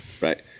right